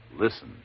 Listen